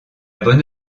bonne